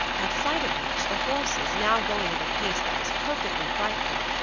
at sight of which the horses, now going at a pace that was perfectly frightful,